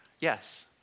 yes